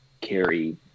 carry